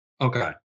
Okay